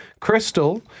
Crystal